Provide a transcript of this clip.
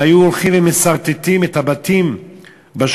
הם היו הולכים ומסרטטים את הבתים בשכונות,